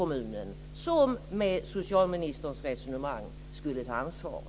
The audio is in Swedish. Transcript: Med socialministerns resonemang skulle hemkommunen ta ansvaret.